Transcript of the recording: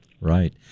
right